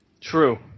True